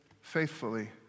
faithfully